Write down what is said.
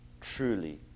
truly